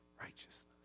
righteousness